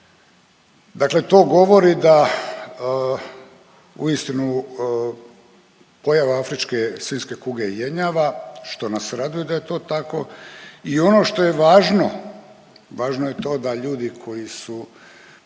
Dakle, to govori da uistinu pojava afričke svinjske kuge jenjava što nas raduje da je to tako. I ono što je važno, važno je to da ljudi koji su